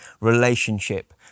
relationship